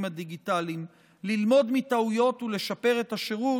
הדיגיטליים ללמוד מטעויות ולשפר את השירות,